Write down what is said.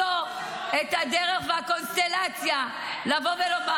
זה קיים ----- היינו צריכים לבוא ולומר: